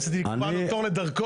רציתי לקבוע לו תור לדרכון.